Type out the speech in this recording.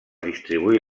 distribuir